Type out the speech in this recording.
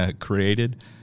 created